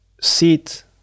sit